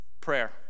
prayer